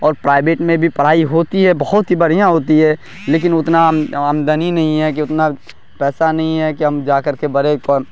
اور پرائیوٹ میں بھی پڑھائی ہوتی ہے بہت ہی بڑھیا ہوتی ہے لیکن اتنا آم آمدنی نہیں ہے کہ اتنا پیسہ نہیں ہے کہ ہم جا کر کے بڑے